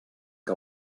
que